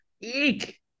Eek